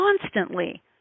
constantly